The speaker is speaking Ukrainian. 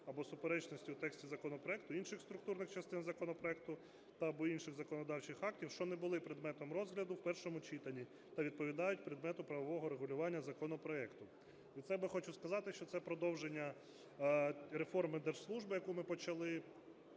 бо суперечностей у тексті законопроекту, інших структурних частин законопроекту та/або інших законодавчих актів, що не були предметом розгляду в першому читанні та відповідають предмету правового регулювання законопроекту. Від себе хочу сказати, що це продовження реформи держслужби, яку ми почали